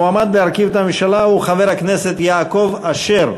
המועמד להרכיב את הממשלה הוא חבר הכנסת יעקב אשר.